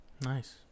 Nice